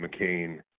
McCain